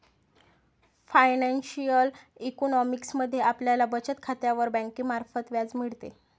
financial economics मध्ये आपल्याला बचत खात्यावर बँकेमार्फत व्याज मिळते